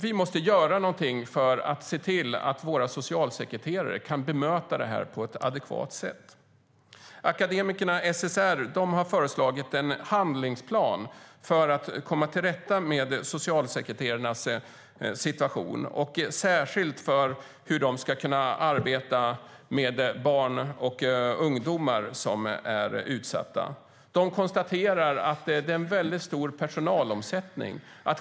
Vi måste göra någonting för att se till att våra socialsekreterare kan bemöta det på ett adekvat sätt. Akademikerförbundet SSR har föreslagit en handlingsplan för att komma till rätta med socialsekreterarnas situation och särskilt för hur de ska kunna arbeta med barn och ungdomar som är utsatta. De konstaterar att det är en väldigt stor personalomsättning.